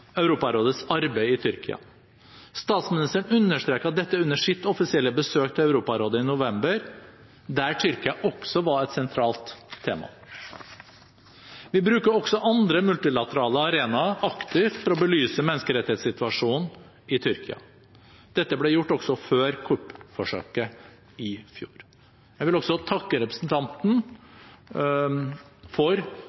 Europarådets arbeid i Tyrkia. Statsministeren understreket dette under sitt offisielle besøk til Europarådet i november, der Tyrkia også var et sentralt tema. Vi bruker også andre multilaterale arenaer aktivt for å belyse menneskerettighetssituasjonen i Tyrkia. Dette ble gjort også før kuppforsøket i fjor. Jeg vil takke representanten